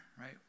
right